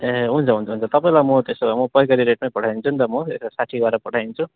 ए हुन्छ हुन्छ हुन्छ तपाईँलाई म त्यसो भए म पैकारी रेटमै पठाइदिन्छु नि त म यता साठी गरेर पठाइदिन्छु